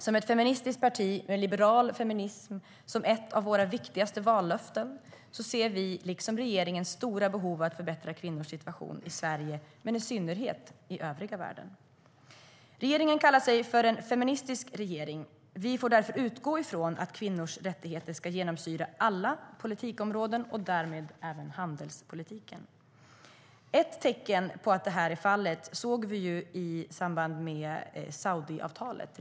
Som ett feministiskt parti med liberal feminism som ett av våra viktigaste vallöften ser vi liksom regeringen stora behov att förbättra kvinnors situation i Sverige men i synnerhet i övriga världen. Regeringen kallar sig för en feministisk regering. Vi får därför utgå från att kvinnors rättigheter ska genomsyra alla politikområden och därmed även handelspolitiken. Ett tecken på att så är fallet såg vi i samband med Saudiavtalet.